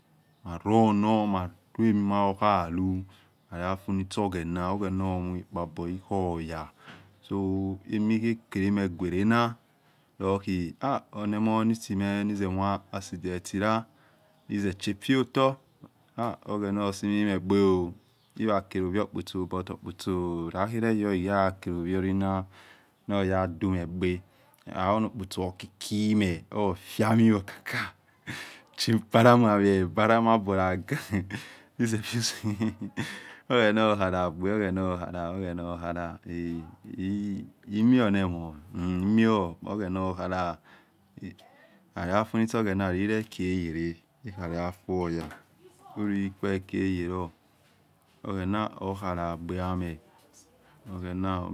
Ma run oh maluemimayohalu lah afu nisho oghena oghena lomuokpabor inuoya, so emikelemeguoreha lohi emonisime nize moh accident la nize che etfe otor oghena simi megbe hilakhiloluo opotso but opotso laheroyo iyakhe lowo opotso noya dume gbe hahu opotso okiki meh, hufiameh okaoka valo ma awe vala mobor oghena khala gbe oghena okhala oghena okhala emionemho emionemho oghena okhala lah afunisho oghena lilekueyele hikhi laliafu oya hulu kwekieye lor oghena okhala gbe ameh. Oghena oh,